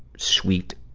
sweet,